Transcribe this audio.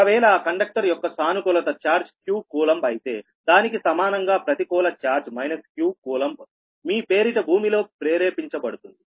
ఒకవేళ ఆ కండక్టర్ యొక్క సానుకూలత ఛార్జ్ q కూలంబ్ అయితే దానికి సమానంగా ప్రతికూల చార్జ్ మైనస్ q కూలంబ్ మీ పేరిట భూమిలో ప్రేరేపించబడుతుంది